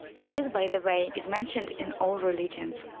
and this, by the way, is mentioned in all religions.